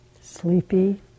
Sleepy